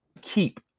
keep